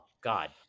god